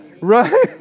Right